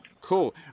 Cool